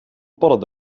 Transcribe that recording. padden